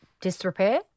disrepair